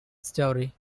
story